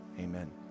amen